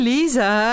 Lisa